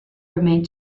remained